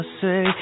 say